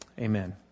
Amen